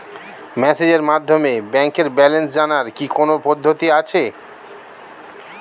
মেসেজের মাধ্যমে ব্যাংকের ব্যালেন্স জানার কি কোন পদ্ধতি আছে?